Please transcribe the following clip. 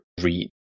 read